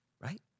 Right